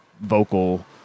vocal